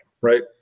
right